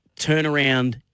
turnaround